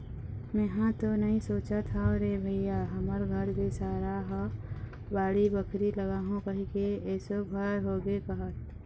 मेंहा तो नइ सोचत हव रे भइया हमर घर के सारा ह बाड़ी बखरी लगाहूँ कहिके एसो भर होगे कहत